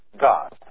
God